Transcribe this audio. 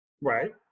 Right